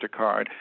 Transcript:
MasterCard